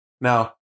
Now